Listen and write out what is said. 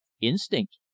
Instinct